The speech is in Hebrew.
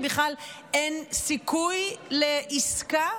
שבכלל אין סיכוי לעסקה?